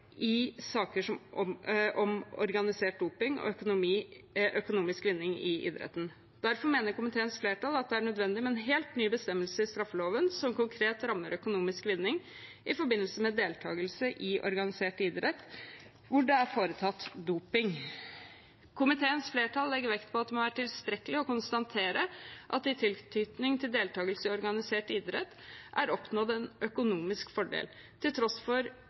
i saker om organisert doping og økonomisk vinning i idretten. Derfor mener komiteens flertall at det er nødvendig med en helt ny bestemmelse i straffeloven som konkret rammer økonomisk vinning i forbindelse med deltakelse i organisert idrett hvor det er foretatt doping. Komiteens flertall legger vekt på at det må være tilstrekkelig for at slike personer skal kunne straffes, å konstatere at det i tilknytning til deltakelse i organisert idrett er oppnådd en økonomisk fordel til tross for